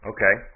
Okay